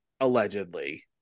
allegedly